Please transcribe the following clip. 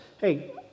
hey